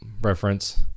reference